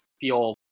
feel